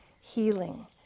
healing